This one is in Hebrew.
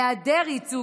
היעדר ייצוג,